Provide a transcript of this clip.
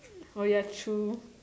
oh ya true